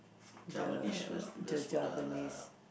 Javanese festivals sudah lah